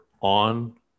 on